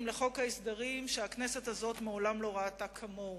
של חוק ההסדרים שהכנסת הזאת מעולם לא ראתה כמוהו,